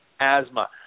asthma